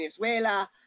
Venezuela